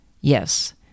Yes